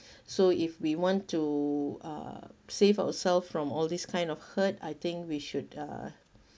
so if we want to uh save ourselves from all this kind of hurt I think we should uh